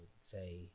say